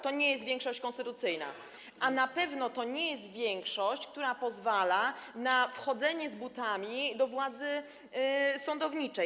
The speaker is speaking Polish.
To nie jest większość konstytucyjna, a na pewno nie jest to większość, która pozwala na wchodzenie z butami do władzy sądowniczej.